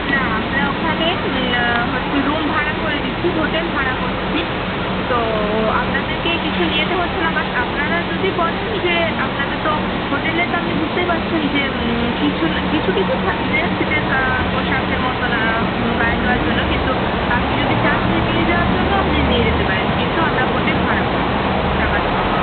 না আমরা ওখানে হচ্ছে রুম ভাড়া করে দিচ্ছি হোটেল ভাড়া করছি তো আপনাদেরকে কিছু নিয়ে যেতে হচ্ছে না বাট আপনারা যদি বলেন যে আপনাদের তো হোটেলে তো আপনি বুঝতেই পারছেন যে কিছু না কিছু কিছু থাকবে শীতের পোশাকের মতোন গায়ে দেওয়ার জন্য কিন্তু আপনি যদি চান যে নিয়ে যাওয়ার জন্য আপনি নিয়ে যেতে পারেন কিন্তু আমরা হোটেল ভাড়া করছি থাকার জন্য